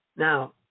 Now